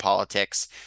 politics